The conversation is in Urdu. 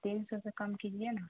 تین سو سے کم کیجے نا